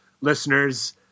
listeners